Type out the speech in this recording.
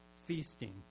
feasting